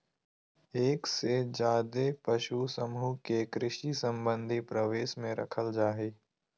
एक से ज्यादे पशु समूह के कृषि संबंधी परिवेश में रखल जा हई